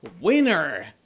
winner